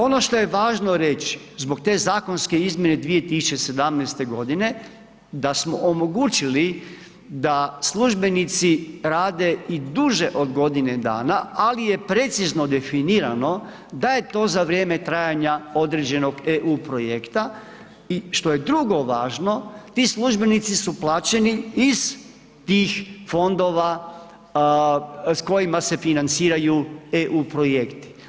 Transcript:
Ono što je važno reći, zbog te zakonske izmjene 2017. godine, da smo omogućili da službenici rade i duže od godine dana, ali je precizno definirano da je to za vrijeme trajanja određenog EU projekta i što je drugo važno, ti službenici su plaćeni iz tih fondova s kojima se financiraju EU projekti.